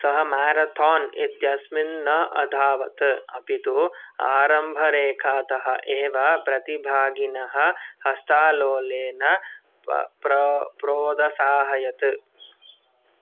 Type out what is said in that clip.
सः मेराथोन् इत्यस्मिन् न अधावत् अपि तु आरम्भरेखातः एव प्रतिभागिनः हस्तालोलेन प प्रा प्रोदसाहयत्